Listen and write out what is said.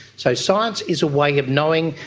so science is a way of knowing,